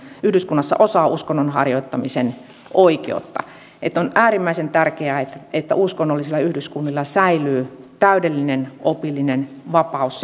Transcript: yhdyskunnassa osa uskonnon harjoittamisen oikeutta on äärimmäisen tärkeää että että uskonnollisilla yhdyskunnilla säilyy täydellinen opillinen vapaus